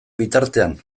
bitartean